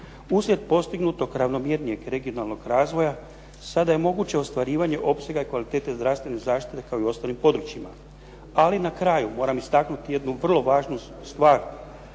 Uslijed postignutog ravnomjernijeg regionalnog razvoja sada je moguće ostvarivanje opsega i kvalitete zdravstvene zaštite kao i u ostalim područjima. Ali na kraju moram istaknuti jednu vrlo važnu stvar